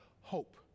hope